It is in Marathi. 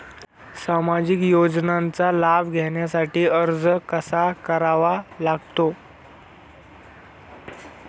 सामाजिक योजनांचा लाभ घेण्यासाठी अर्ज कसा करावा लागतो?